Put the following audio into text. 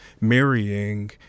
marrying